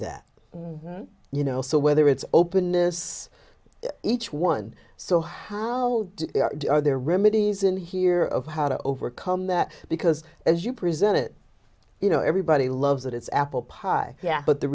that you know so whether it's openness each one so how are there remedies in here of how to overcome that because as you present it you know everybody loves that it's apple pie but the